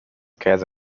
käse